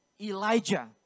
Elijah